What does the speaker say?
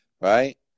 right